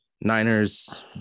Niners